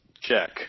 check